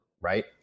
right